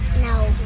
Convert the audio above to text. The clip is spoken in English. No